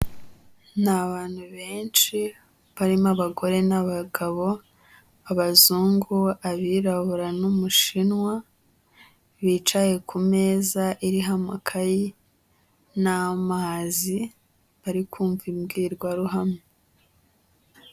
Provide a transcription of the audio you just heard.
Ni abantu benshi barimo abagore n'abagabo, abazungu, abirabura n'umushinwa, bicaye ku meza iriho amakayi n'amazi, bari kumva imbwirwaruhame.